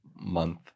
month